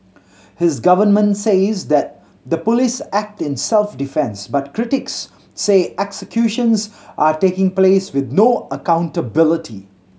his government says that the police act in self defence but critics say executions are taking place with no accountability